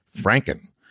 franken